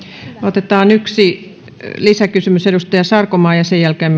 otetaan yksi lisäkysymys edustaja sarkomaa ja sen jälkeen